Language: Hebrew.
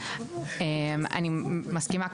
אני מסכימה,